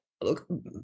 look